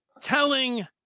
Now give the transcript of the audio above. telling